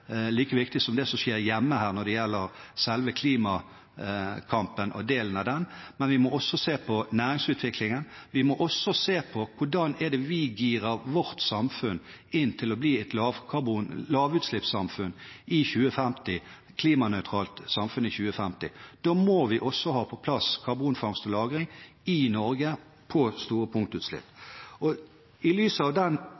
hjemme når det gjelder selve klimakampen og den delen av det, men vi må også se på næringsutviklingen. Vi må også se på hvordan vi girer vårt samfunn inn til å bli et lavutslippssamfunn og et klimanøytralt samfunn i 2050. Da må vi også ha på plass karbonfangst og -lagring i Norge på store punktutslipp. I lys av den